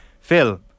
Phil